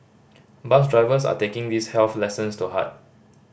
bus drivers are taking these health lessons to heart